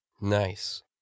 Nice